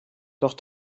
doch